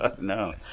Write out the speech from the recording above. No